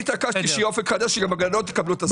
אני התעקשתי שיהיה אופק חדש שגם הגננות יקבלו את השכר.